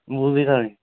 मूंह् बी करानी